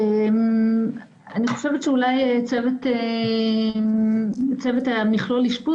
אני חושבת שאולי צוות מכלול אשפוז